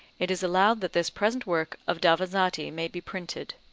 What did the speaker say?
it is allowed that this present work of davanzati may be printed.